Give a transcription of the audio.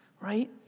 right